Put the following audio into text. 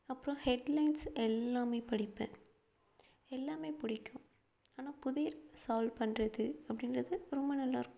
அப்புறம் ஹெட்லைன்ஸ் எல்லாம் படிப்பேன் எல்லாம் பிடிக்கும் ஆனால் புதிர் சால்வ் பண்ணுறது அப்படின்றது ரொம்ப நல்லாயிருக்கும்